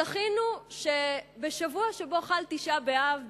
זכינו שבשבוע שבו חל תשעה באב,